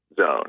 zone